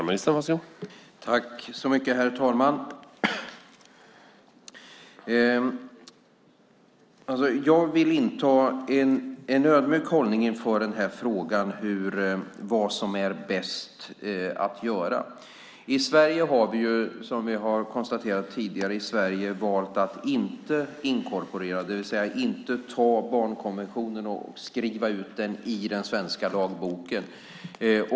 Herr talman! Jag vill inta en ödmjuk hållning inför frågan om vad som är bäst att göra. I Sverige har vi, som vi har konstaterat tidigare, valt att inte inkorporera, det vill säga inte ta barnkonventionen och skriva ut den i den svenska lagboken.